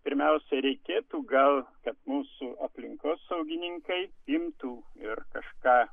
pirmiausia reikėtų gal kad mūsų aplinkosaugininkai imtų ir kažką